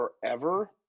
forever